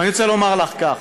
ואני רוצה לומר לך כך: